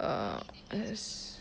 err yes